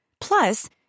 Plus